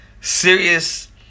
Serious